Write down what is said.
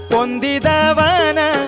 Pondidavana